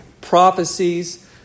prophecies